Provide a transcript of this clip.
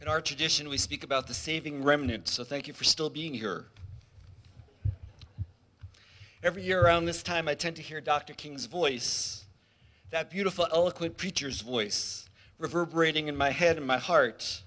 in our tradition we speak about the saving remnants of thank you for still being here every year around this time i tend to hear dr king's voice that beautiful eloquent preacher's voice reverberating in my head and my heart